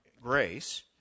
grace